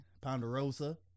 Ponderosa